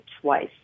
twice